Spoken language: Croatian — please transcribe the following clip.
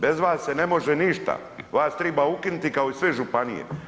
Bez vas se ne može ništa, vas treba ukinuti kao i sve županije.